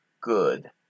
good